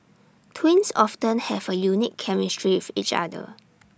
twins often have A unique chemistry with each other